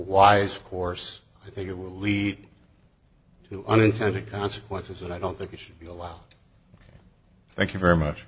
wise course i think it will lead to unintended consequences and i don't think it should be allowed thank you very much